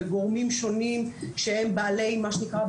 וגורמים שונים שהם בעלי מה שנקרא,